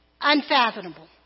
Unfathomable